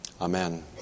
Amen